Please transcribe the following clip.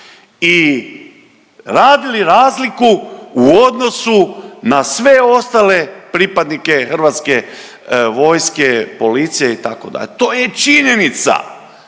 i radili razliku u odnosu na sve ostale pripadnike Hrvatske vojske, policije itd. To je činjenica,